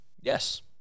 Yes